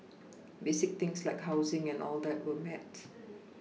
basic things like housing and all that were met